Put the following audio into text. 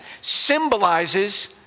symbolizes